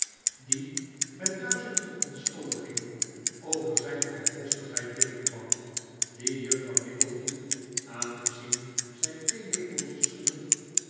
die met duizend verontschuldigingen over zijn vrijpostigheid binnenkwam die juffrouw nickleby aangezien zij theelepeltjes genoeg